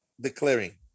declaring